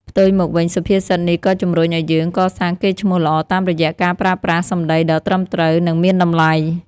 ផ្ទុយមកវិញ សុភាសិតនេះក៏ជំរុញឱ្យយើង កសាងកេរ្តិ៍ឈ្មោះល្អតាមរយៈការប្រើប្រាស់សម្ដីដ៏ត្រឹមត្រូវ និងមានតម្លៃ។